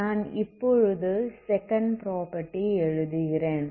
நான் இப்போது second property எழுதுகிறேன்